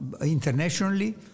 internationally